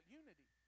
unity